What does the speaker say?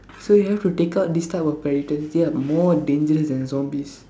so you have to take out this type of they are more dangerous than zombies